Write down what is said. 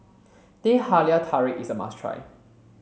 Teh Halia Tarik is a must try